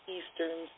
Eastern